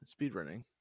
speedrunning